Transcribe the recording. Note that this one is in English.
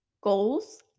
goals